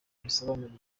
gisobanura